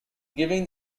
giving